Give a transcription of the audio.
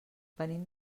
venim